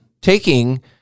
taking